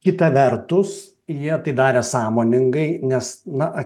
kita vertus jie tai darė sąmoningai nes na